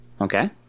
okay